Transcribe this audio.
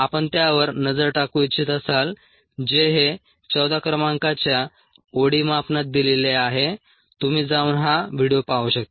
आपण त्यावर नजर टाकू इच्छित असाल जे हे 14 क्रमांकाच्या ओडी मापनात दिलेले आहे तुम्ही जाऊन हा व्हिडिओ पाहू शकता